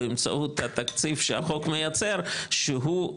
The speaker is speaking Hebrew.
באמצעות התקציב שהחוק מייצר שהוא,